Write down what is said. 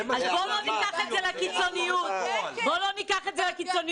אז בואו לא ניקח את זה לקיצוניות.